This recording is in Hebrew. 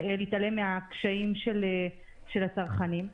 להתעלם מהקשיים של הצרכנים.